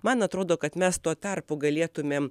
man atrodo kad mes tuo tarpu galėtumėm